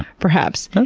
perhaps.